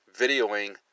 videoing